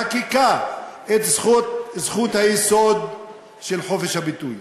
או בחקיקה, את זכות היסוד של חופש הביטוי